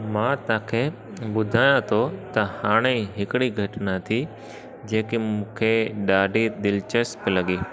मां तव्हांखे ॿुधाया थो त हाणे हिकिड़ी घटना थी जेकी मूंखे ॾाढी दिलचस्पु लॻी